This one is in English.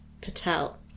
Patel